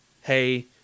hey